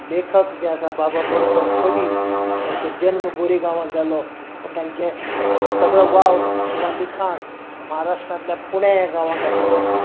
लेखक जे आसात बा भ बोरकार कवी तांचो जन्म बोरये गांवांत जालो पूण तांचो सगलो वावर किंवा लिखाण महाराष्ट्रांतल्या पुण्या गांवांत आशिल्लें